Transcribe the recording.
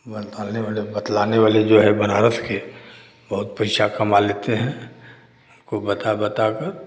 बताने वाले बतलाने वाले जो हैं बनारस के बहुत पैसा कमा लेते हैं उनको बता बताकर